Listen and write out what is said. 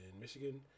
Michigan